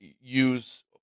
use